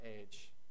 age